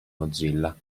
mozilla